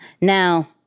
Now